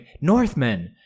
Northmen